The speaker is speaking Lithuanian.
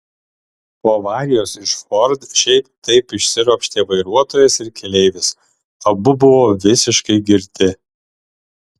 po avarijos iš ford šiaip taip išsiropštė vairuotojas ir keleivis abu buvo visiškai girti